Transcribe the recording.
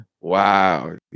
Wow